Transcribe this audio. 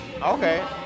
Okay